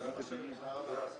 תודה רבה.